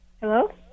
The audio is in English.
hello